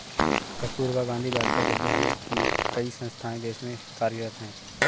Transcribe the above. कस्तूरबा गाँधी बालिका विद्यालय की कई संस्थाएं देश में कार्यरत हैं